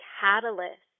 catalyst